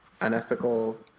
unethical